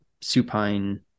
supine